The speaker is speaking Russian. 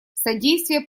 содействие